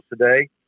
today